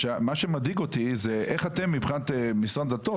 השאלה היא עכשיו איך אתם מבחינת משרד הדתות?